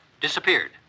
disappeared